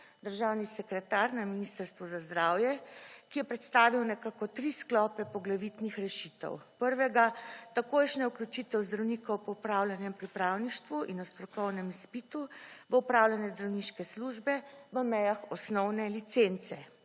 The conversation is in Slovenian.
državni sekretar na Ministrstvu za zdravje, ki je predstavil nekako tri sklope poglavitnih rešitev. Prvega, takojšnja vključitev zdravnikov po opravljenem pripravništvu in na strokovnem izpitu v opravljanje zdravniške službe v mejah osnovne licence.